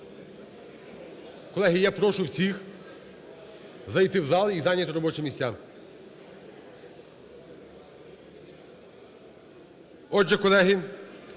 Колеги, я прошу всіх зайти в зал і зайняти робочі місця. Отже, колеги,